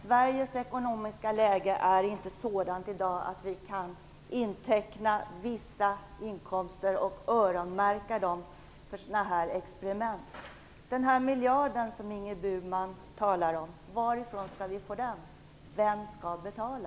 Sveriges ekonomiska läge är i dag inte sådant att vi kan inteckna vissa inkomster och öronmärka dem för sådana här experiment. Den miljard som Ingrid Burman talar om, varifrån skall vi få den? Vem skall betala?